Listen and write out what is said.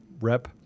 Rep